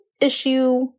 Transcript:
issue